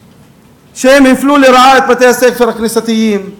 שהפלו לרעה את בתי-הספר הכנסייתיים: